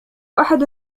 أحد